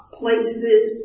places